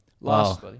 Last